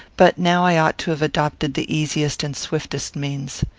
but now i ought to have adopted the easiest and swiftest means.